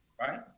right